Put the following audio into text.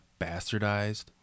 bastardized